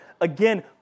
again